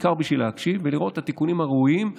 ובעיקר בשביל להקשיב ולראות את התיקונים הראויים,